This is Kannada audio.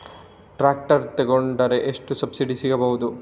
ಟ್ರ್ಯಾಕ್ಟರ್ ತೊಕೊಂಡರೆ ಎಷ್ಟು ಸಬ್ಸಿಡಿ ಸಿಗಬಹುದು?